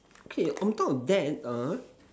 okay on top of that err